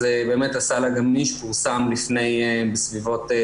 אז באמת, הסל הגמיש פורסם לפני חודשיים.